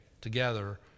together